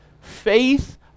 Faith